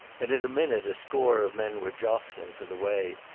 and in a minute a score of men were jostling for the way,